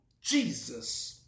Jesus